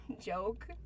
joke